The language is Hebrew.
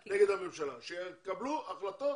הצעה נגד הממשלה, אבל שיקבלו החלטות